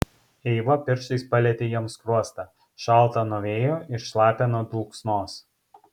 eiva pirštais palietė jam skruostą šaltą nuo vėjo ir šlapią nuo dulksnos